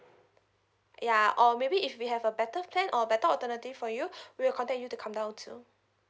ya or maybe if we have a better plan or better alternative for you we'll contact you to come down too